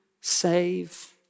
save